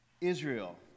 Israel